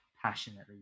passionately